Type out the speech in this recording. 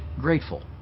grateful